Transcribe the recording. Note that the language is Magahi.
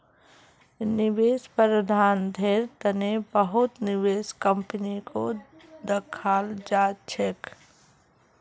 निवेश प्रबन्धनेर तने बहुत निवेश कम्पनीको दखाल जा छेक